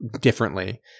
differently